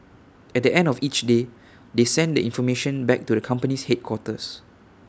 at the end of each day they send the information back to the company's headquarters